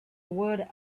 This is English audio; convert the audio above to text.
word